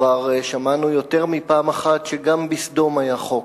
וכבר שמענו יותר מפעם אחת שגם בסדום היה חוק.